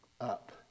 up